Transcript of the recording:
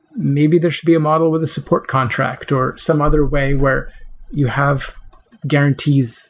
maybe there should be a model with a support contract or some other way where you have guarantees.